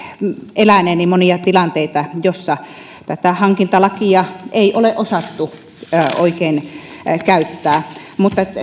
eläneeni monia tilanteita joissa tätä hankintalakia ei ole osattu oikein käyttää mutta